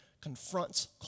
confronts